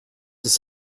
ist